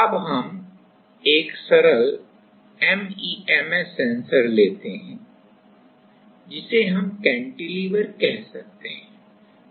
अब हम एक सरल एमईएमएस सेंसर लेते हैं जिसे हम कैंटिलीवर कह सकते हैं